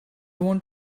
want